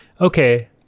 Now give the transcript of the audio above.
okay